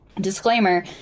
disclaimer